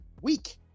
week